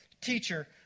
teacher